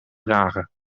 dragen